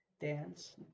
dance